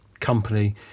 company